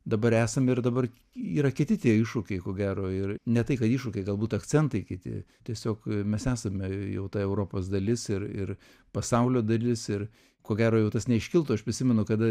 dabar esam ir dabar yra kiti tie iššūkiai ko gero ir ne tai kad iššūkiai galbūt akcentai kiti tiesiog mes esame jau ta europos dalis ir ir pasaulio dalis ir ko gero jau tas neiškiltų aš prisimenu kada